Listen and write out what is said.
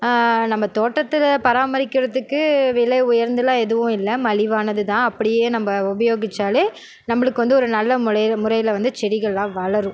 நம்ம தோட்டத்தில் பராமரிக்கிறத்துக்கு விலை உயர்ந்துலாம் எதுவும் இல்லை மலிவானதுதான் அப்படியே நம்ம உபயோகித்தாலே நம்மளுக்கு வந்து ஒரு நல்ல முலை முறையில் வந்து செடிகள்லாம் வளரும்